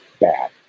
bad